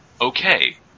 okay